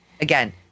again